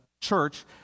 church